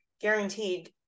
guaranteed